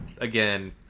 again